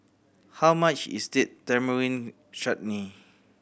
how much is Date Tamarind Chutney